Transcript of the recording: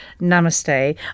Namaste